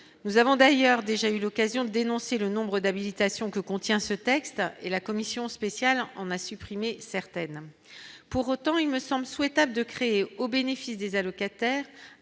Nous avons d'ailleurs déjà eu l'occasion de dénoncer le nombre d'habilitation que contient ce texte et la commission spéciale en a supprimé certaines pour autant il me semble souhaitable de créer au bénéfice des allocataires